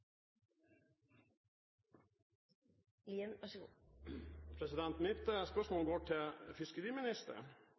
Lien – til oppfølgingsspørsmål. Mitt spørsmål går til fiskeriministeren.